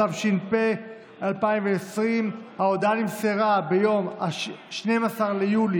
התש"ף 2020. ההודעה נמסרה ביום 12 ביולי